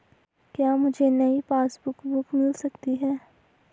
क्या मुझे नयी पासबुक बुक मिल सकती है?